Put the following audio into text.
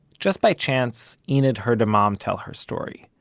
just by chance, enid heard a mom tell her story.